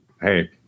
hey